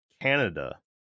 Canada